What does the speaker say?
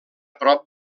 prop